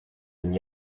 and